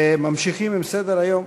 וממשיכים בסדר-היום.